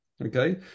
okay